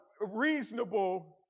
reasonable